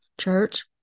church